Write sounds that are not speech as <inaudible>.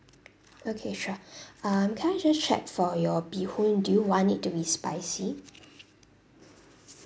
okay sure <breath> um can I just check for your bee hoon do you want it to be spicy